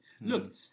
Look